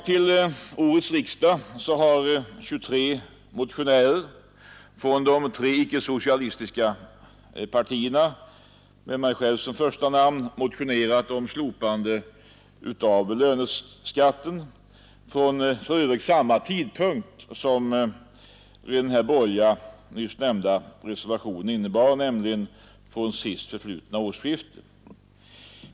Till årets riksdag har 23 motionärer från de tre icke-socialistiska partierna med mig själv som första namn motionerat om slopande av löneskatten, för övrigt från samma tidpunkt som den borgerliga nyss nämnda reservationen avsåg, nämligen från sistförflutna årsskifte.